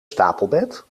stapelbed